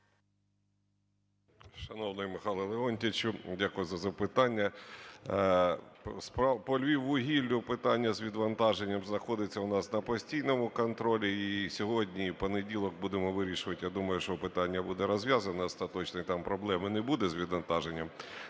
Шановний Михайле Леонтійовичу, дякую за запитання. По "Львіввугіллю" питання з відвантаженням знаходиться у нас на постійному контролі, і сьогодні, і в понеділок будемо вирішувати. Я думаю, що питання буде розв'язано остаточно, там проблеми не буде з відвантаженням.